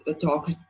talk